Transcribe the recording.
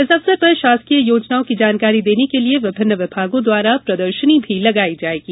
इस अवसर पर शासकीय योजनाओं की जानकारी देने के लिए विभिन्न विभागों द्वारा प्रदर्शनी भी लगाई जायेगी